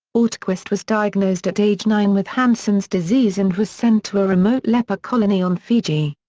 ortquist was diagnosed at age nine with hansen's disease and was sent to a remote leper colony on fiji.